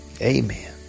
Amen